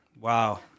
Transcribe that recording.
Wow